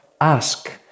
Ask